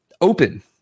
open